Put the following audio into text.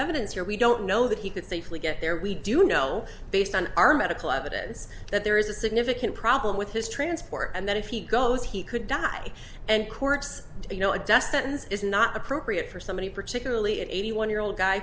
evidence here we don't know that he could safely get there we do know based on our medical evidence that there is a significant problem with his transport and that if he goes he could die and corpse you know a destines is not appropriate for somebody particularly eighty one year old guy